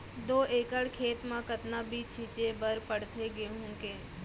दो एकड़ खेत म कतना बीज छिंचे बर पड़थे गेहूँ के?